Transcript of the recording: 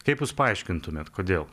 kaip jūs paaiškintumėt kodėl